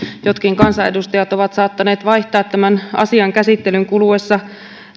jotkut kansanedustajat ovat saattaneet vaihtaa tämän asian käsittelyn kuluessa